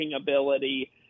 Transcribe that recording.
ability